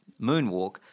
Moonwalk